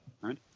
Right